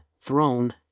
throne